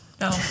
No